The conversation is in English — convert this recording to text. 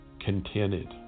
contented